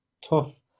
tough